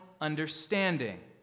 understanding